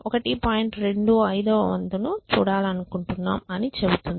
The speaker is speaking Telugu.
25 వ వంతును చూడాలనుకుంటున్నాం అని చెబుతుంది